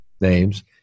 names